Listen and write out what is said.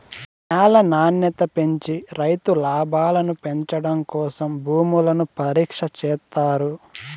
న్యాల నాణ్యత పెంచి రైతు లాభాలను పెంచడం కోసం భూములను పరీక్ష చేత్తారు